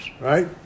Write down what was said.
Right